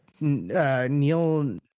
neil